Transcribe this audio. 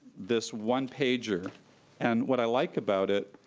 this one pager and what i like about it